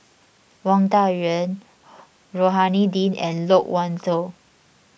Wang Dayuan Rohani Din and Loke Wan Tho